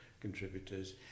contributors